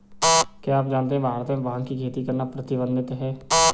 क्या आप जानते है भारत में भांग की खेती करना प्रतिबंधित है?